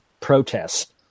protest